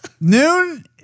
Noon-